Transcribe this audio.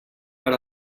per